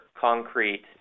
concrete